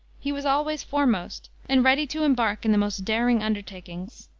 he was always foremost, and ready to embark in the most daring undertakings.